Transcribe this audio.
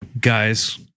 Guys